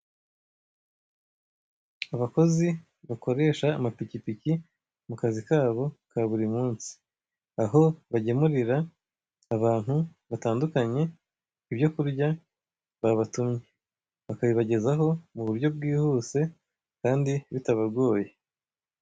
Abakozi bakoresha amapikipiki mu kazi kabo ka buri munsi, aho bagemurira abantu batandukanye, ibyo kurya babatumye, bakabibagezaho mu buryo bwihuse kandi bitabagoye.